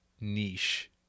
niche